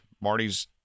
Marty's